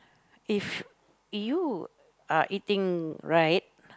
if you are eating right